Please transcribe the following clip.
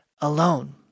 Alone